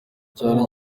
cyane